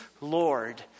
Lord